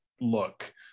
look